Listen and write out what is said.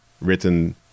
written